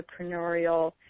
entrepreneurial